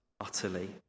utterly